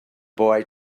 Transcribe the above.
boy